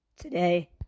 today